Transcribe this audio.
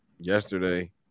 yesterday